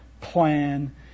plan